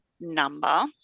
number